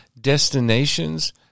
destinations